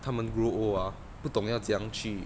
他们 grow old ah 不懂要怎样去